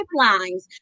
pipelines